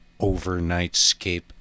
Overnightscape